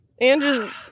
Andrew's